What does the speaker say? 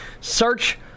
Search